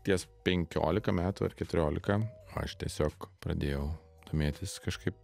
ties penkiolika metų ar keturiolika aš tiesiog pradėjau domėtis kažkaip